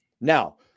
Now